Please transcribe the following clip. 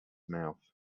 mouth